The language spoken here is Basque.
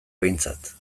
behintzat